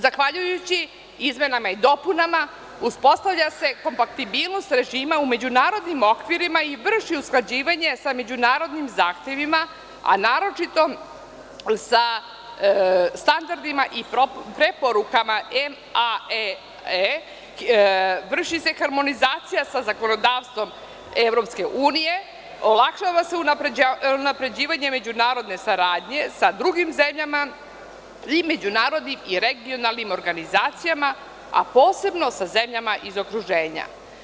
Zahvaljujući izmenama i dopunama, uspostavlja se kompatibilnost režima u međunarodnim okvirima i vrši usklađivanje sa međunarodnim zahtevima, a naročito sa standardima i preporukama MAAE, vrši se harmonizacija sa zakonodavstvom Evropske unije, olakšava se unapređivanje međunarodne saradnje sa drugim zemljama i međunarodnim i regionalnim organizacijama, a posebno sa zemljama iz okruženja.